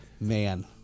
man